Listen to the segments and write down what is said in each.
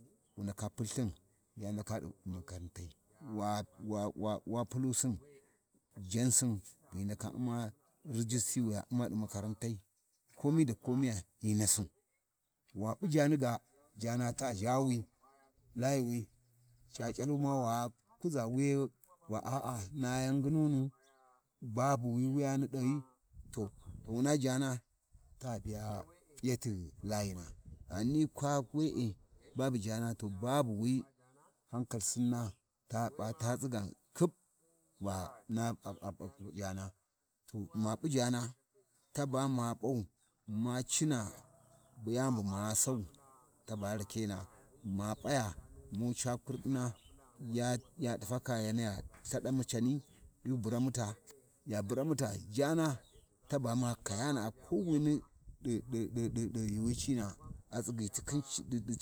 ﻿Wu ndaka Pulthin ya ndaka ɗi makarantai pulusin jaansin, wu ndaka U’mma rijisti wi ya U’mma ɗi makarantai, komi da komiya hyi nasin, wa p’u jaani ga, jaana ta ʒhawi Layiwi C’aC’alwi ma wa kuʒa wi ba a,a, na yan nginunu, babu wi wuyan ɗahyi, to, wuna jaana, ta biya p’iyati layin ghani kwa we'e babu jaana to babu wi hankal Sinna ta p’a ta tsiga khib va na a-a p’i jaana, to ma p’u jaana taba ma p’au ma cina yani bu ma sau, taba rakena, ma p’aya mu ca kurɗina ya-ya faka yaniya Lthaɗamu cani iyu burmuta, ya buranuta jana taba ma kayana kowini ɗi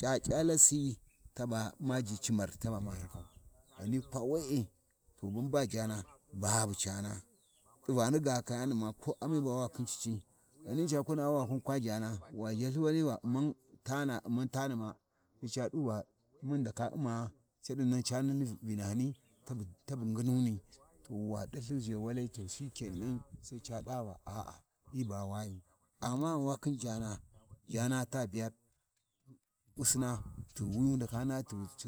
C’aC’alasi taba ma ʒhi cimar, taba ma rakau, ghani kwa we-e, to in ba jana babu cana t’ivani ga kayana’aa ko ani ba wa khin cici ghani ca nawi ghan kwa khin jana, wa zhalthi wali ba U’mma tana, U’mmau tari ma Sai ca ɗu ba, mun ghi ndaka U’mma turi ma Sai ca ɗu ba, Mun ghi ndaka U’mma shaɗi cani ni Uinahyani tabu nginnuni ɗu wa ɗalthi ʒhewali to shike nan sai ca ɗu va a,a, hi ba wayu, amma ghan wa khin jaana, jaani ta biya u'u'sina Sai wa naha tughu.